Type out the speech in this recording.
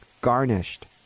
garnished